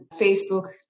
Facebook